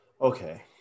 Okay